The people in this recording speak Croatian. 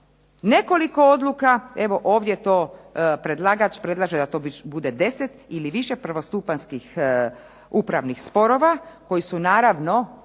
nekoliko odluka, evo ovdje to predlagač predlaže da to bude deset ili više prvostupanjskih upravnih sporova koji su naravno